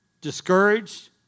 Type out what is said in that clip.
discouraged